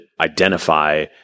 identify